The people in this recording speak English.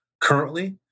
currently